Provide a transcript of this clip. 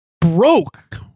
broke